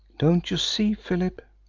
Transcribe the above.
don't you see, philip.